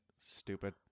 Stupid